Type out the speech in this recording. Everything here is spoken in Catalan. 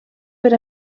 per